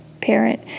parent